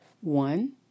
One